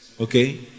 Okay